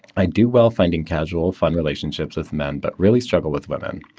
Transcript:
i do well, finding casual, fun relationships with men, but really struggle with women.